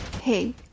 Hey